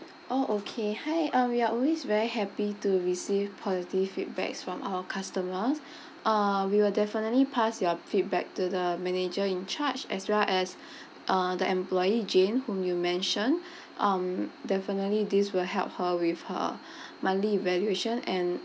oh okay hi uh we are always very happy to receive positive feedback from our customers uh we will definitely pass your feedback to the manager in charge as well as uh the employee jane whom you mention um definitely this will help her with her monthly evaluation and